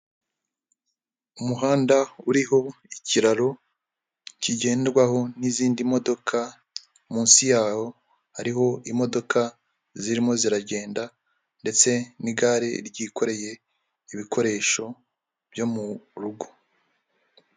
Umuhanda uriho ikiraro kigendedwaho n'izindi modoka, munsi yaho hariho imodoka zirimo ziragenda ndetse n'igare ryikoreye ibikoresho byo murugo.